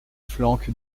flanque